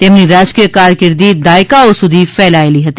તેમની રાજકીય કારકીર્દિ દાયકાઓ સુધી ફેલાયેલી હતી